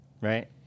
Right